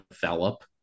develop